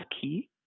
key